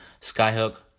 skyhook